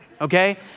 okay